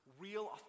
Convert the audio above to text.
real